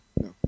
No